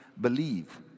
believe